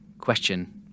question